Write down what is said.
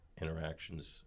interactions